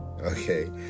okay